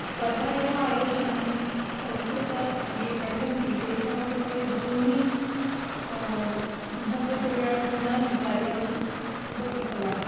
स्पर्धायाः आयोजनं संस्कृतं ये पठन्ति तेषां कृते बहूनि महत्वपूर्णानि कार्याणि सः कृतवान्